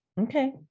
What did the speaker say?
Okay